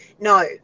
No